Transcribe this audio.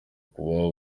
kuba